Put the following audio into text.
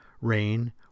Rain